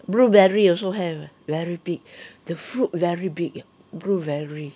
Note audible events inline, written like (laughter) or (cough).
blueberry also have very big (breath) the fruit very big eh blue blueberry